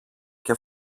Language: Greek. και